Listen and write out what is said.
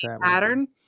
pattern